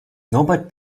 norbert